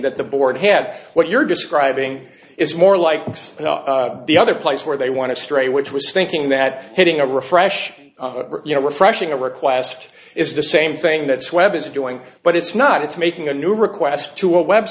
that the board had what you're describing is more like the other place where they want to stray which was thinking that hitting a refresh you know refreshing a request is the same thing that's web is doing but it's not it's making a new request to a web